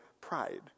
Pride